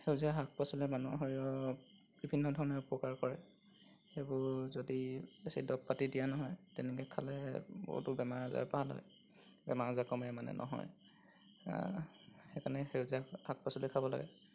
সেউজীয়া শাক পাচলিয়ে মানুহৰ শৰীৰৰ বিভিন্ন ধৰণে উপকাৰ কৰে সেইবোৰ যদি বেছি দৰৱ পাতি দিয়া নহয় তেনেকৈ খালে বহুতো বেমাৰ আজাৰ পালে বেমাৰ আজাৰ কমে মানে নহয় সেইকাৰণে সেউজীয়া শাক পাচলি খাব লাগে